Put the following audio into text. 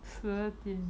十二点